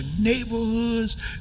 neighborhoods